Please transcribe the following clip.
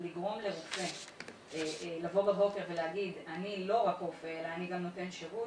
לגרום לרופא לבוא בבוקר ולומר שאני לא רק רופא אלא אני גם נותן שירות,